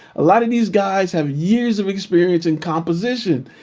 a lot of these guys have years of experience in composition.